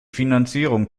finanzierung